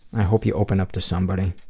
i hope you open up to somebody.